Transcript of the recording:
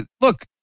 look